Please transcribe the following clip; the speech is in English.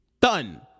Done